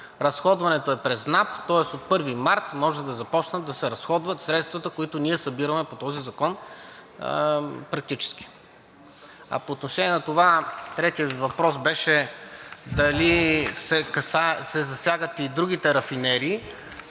разходването е през НАП, тоест от 1 март може да започнат да се разходват средствата, които ние събираме по този закон практически. По отношение на това, третият Ви въпрос беше дали се засягат и другите рафинерии.